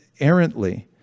errantly